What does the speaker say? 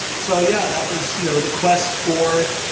so yeah, that was you know the quest for,